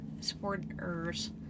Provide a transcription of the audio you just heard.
supporters